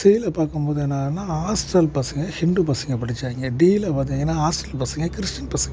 சியில் பார்க்கும்போது என்னென்னா ஹாஸ்டல் பசங்கள் ஹிந்து பசங்கள் படித்தாங்க டியில் பார்த்தீங்கனா ஹாஸ்டல் பசங்கள் கிறிஸ்டீன் பசங்கள் படித்தாங்க